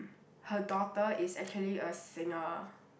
her daughter is actually a singer